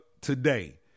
today